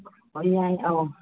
ꯑꯣ ꯌꯥꯏ ꯑꯧ